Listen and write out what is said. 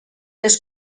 les